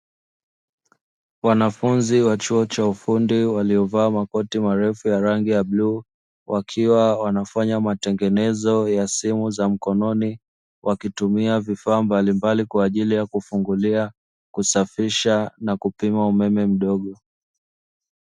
Wanafunzi wa chuo cha ufundi waliovaa makoti marefu ya rangi ya bluu, wakiwa wanafanya matengenezo ya simu za mkononi, wakitumia vifaa mbalimbali kwa ajili ya kufungulia, kusafisha na kupima umeme mdogo.